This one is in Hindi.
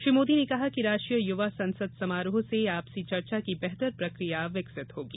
श्री मोदी ने कहा कि राष्ट्रीय युवा संसद समारोह से आपसी चर्चा की बेहतर प्रक्रिया विकसित होगी